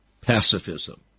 pacifism